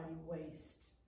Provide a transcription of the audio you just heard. waste